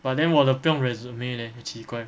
but then 我的不用 resume leh 很奇怪 leh